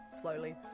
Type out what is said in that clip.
slowly